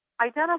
identify